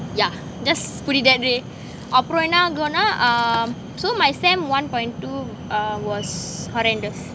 yeah just புதிதெது அப்பொறோம் என்னாகும்னா:puthithethu apporom ennagumna uh so my sem one point two uh was horrendous